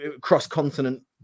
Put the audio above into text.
cross-continent